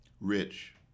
Rich